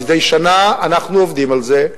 מדי שנה אנחנו עובדים על זה,